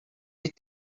est